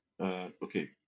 Okay